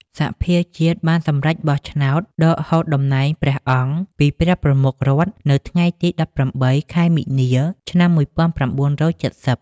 សភាជាតិបានសម្រេចបោះឆ្នោតដកហូតតំណែងព្រះអង្គពីព្រះប្រមុខរដ្ឋនៅថ្ងៃទី ១៨ ខែមីនា ឆ្នាំ ១៩៧០។